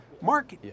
Mark